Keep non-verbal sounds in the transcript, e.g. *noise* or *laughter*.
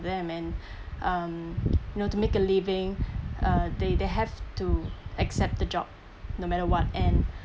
them and *breath* um you know to make a living *breath* uh they they have to accept the job no matter what and *breath*